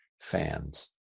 fans